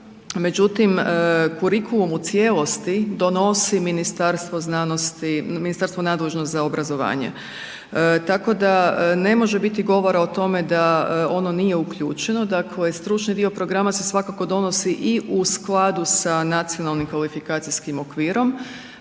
međutim kurikulum u cijelosti donosi Ministarstvo nadležno obrazovanje tako da ne može biti govora o tome da ono nije uključeno, dakle stručni dio programa se svakako donosi i u skladu sa nacionalnim kvalifikacijskim okvirom